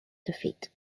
defeat